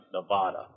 Nevada